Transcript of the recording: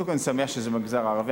קודם כול, אני שמח שזה במגזר הערבי.